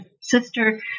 sister